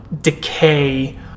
decay